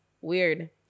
Weird